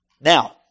Now